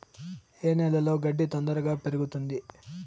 ఏ నేలలో గడ్డి తొందరగా పెరుగుతుంది